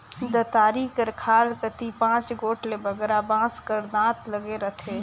दँतारी कर खाल कती पाँच गोट ले बगरा बाँस कर दाँत लगे रहथे